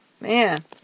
Man